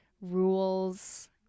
rules